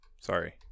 Sorry